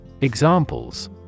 Examples